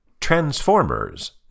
Transformers